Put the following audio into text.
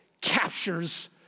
captures